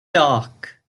dark